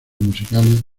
musicales